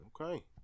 Okay